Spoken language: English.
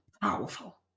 Powerful